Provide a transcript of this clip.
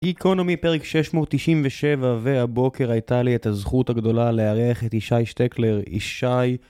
גיקונומי פרק 697 והבוקר הייתה לי את הזכות הגדולה לארח את ישי שטקלר ישי